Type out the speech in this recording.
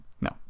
No